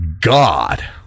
God